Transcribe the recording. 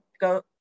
go